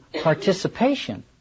participation